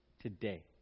today